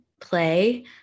play